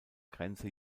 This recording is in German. grenze